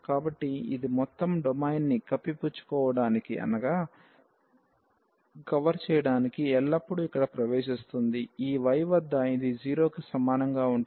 కాబట్టి ఇది మొత్తం డొమైన్ని కప్పిపుచ్చడానికి ఎల్లప్పుడూ ఇక్కడ ప్రవేశిస్తుంది ఈ y వద్ద ఇది 0 కి సమానంగా ఉంటుంది